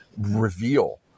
reveal